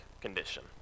condition